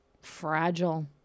fragile